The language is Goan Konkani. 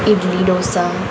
इडली डोसा